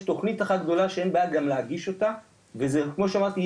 יש תוכנית אחת גדולה שאין בעיה גם להגיש אותה וזה כמו שאמרתי,